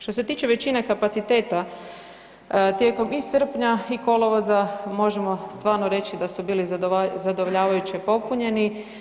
Što se tiče većine kapaciteta tijekom i srpnja i kolovoza možemo stvarno reći da su bili zadovoljavajuće popunjeni.